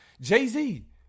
Jay-Z